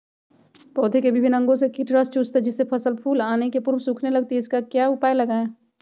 पौधे के विभिन्न अंगों से कीट रस चूसते हैं जिससे फसल फूल आने के पूर्व सूखने लगती है इसका क्या उपाय लगाएं?